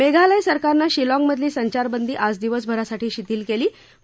मेघालय सरकारनं शिलॉगमधली संचारबंदी आज दिवसभरासाठी शिथिल केली होती